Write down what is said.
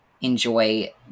enjoy